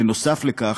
בנוסף לכך,